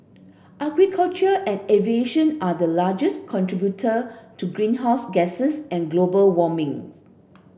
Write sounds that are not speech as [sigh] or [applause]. agriculture and aviation are the largest contributor to greenhouse gases and global warming [noise]